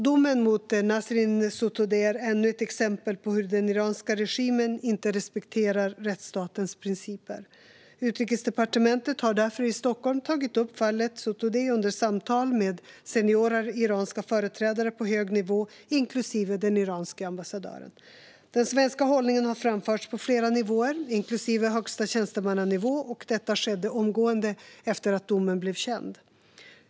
Domen mot Nasrin Sotoudeh är ännu ett exempel på hur den iranska regimen inte respekterar rättsstatens principer. Utrikesdepartementet har därför i Stockholm tagit upp fallet Sotoudeh under samtal med seniora iranska företrädare på hög nivå, inklusive den iranske ambassadören. Den svenska hållningen har framförts på flera nivåer, inklusive högsta tjänstemannanivå, och detta skedde omgående efter att domen blev känd.